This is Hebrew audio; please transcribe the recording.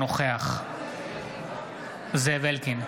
אינו נוכח זאב אלקין,